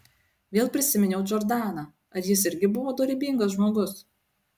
vėl prisiminiau džordaną ar jis irgi buvo dorybingas žmogus